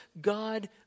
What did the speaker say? God